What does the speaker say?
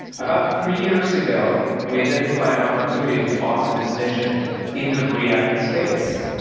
about three years ago, we identified an opportunity to foster this mission in the react space.